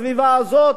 בסביבה הזאת,